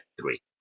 three